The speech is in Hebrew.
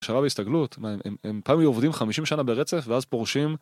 שרה בהסתגלות, הם פעם היו עובדים 50 שנה ברצף ואז פורשים.